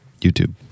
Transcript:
YouTube